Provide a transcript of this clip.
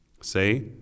Say